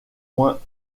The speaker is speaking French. moins